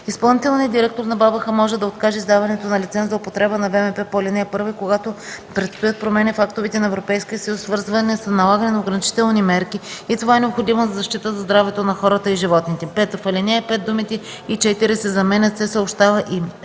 Изпълнителният директор на БАБХ може да откаже издаването на лиценз за употреба на ВМП по ал. 1 и когато предстоят промени в актовете на Европейския съюз, свързани с налагане на ограничителни мерки и това е необходимо за защита здравето на хората и животните.”. 5. В ал. 5 думите „и 4” се заменят с „се съобщава и”.